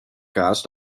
kaas